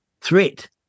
threat